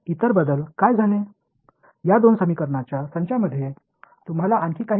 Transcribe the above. இந்த இரண்டு செட் சமன்பாடுகளுக்கும் இடையில் வேறு எந்த மாற்றத்தையும் நீங்கள் கவனிக்கிறீர்களா